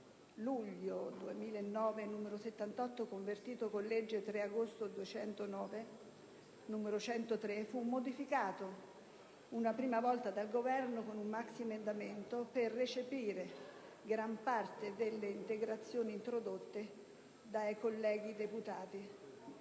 luglio 2009, n. 78, convertito con legge 3 agosto 2009, n. 102, fu modificato una prima volta dal Governo con un maxiemendamento, per recepire gran parte delle integrazioni introdotte dai colleghi deputati.